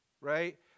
Right